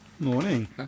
morning